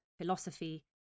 philosophy